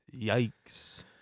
Yikes